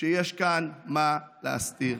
שיש כאן מה להסתיר.